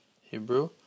Hebrew